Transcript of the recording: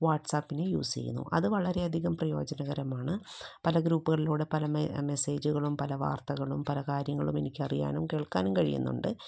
വാട്ട്സപ്പിനെ use ചെയ്യുന്നു അത് വളരെ അധികം പ്രയോജനകരമാണ് പല ഗ്രൂപ്പുകളിലൂടെ പല മെസ്സേജുകളും പല വാർത്തകളും പല കാര്യങ്ങളും എനിക്ക് അറിയാനും കേൾക്കാനും കഴിയുന്നുണ്ട്